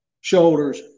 shoulders